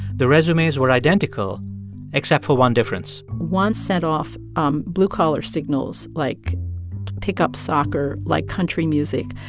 the resumes were identical except for one difference one set off um blue-collar signals like pick-up soccer, like country music.